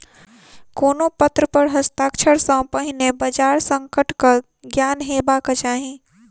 कोनो पत्र पर हस्ताक्षर सॅ पहिने बजार संकटक ज्ञान हेबाक चाही